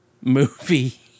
movie